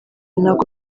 ntabwo